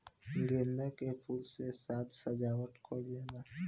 गेंदा के फूल से साज सज्जावट कईल जाला